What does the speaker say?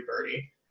birdie